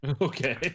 Okay